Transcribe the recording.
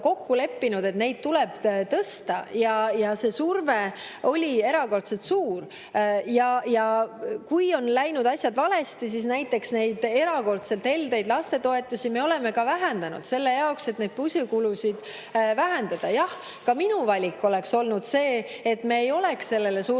kokku leppinud, et neid tuleb tõsta, ja see surve oli erakordselt suur. Kui asjad on läinud valesti, siis näiteks neid erakordselt heldeid lastetoetusi me oleme ka vähendanud selle jaoks, et püsikulusid vähendada. Jah, ka minu valik oleks olnud see, et me ei oleks sellele survele